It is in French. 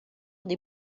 des